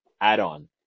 add-on